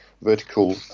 vertical